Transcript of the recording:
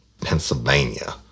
Pennsylvania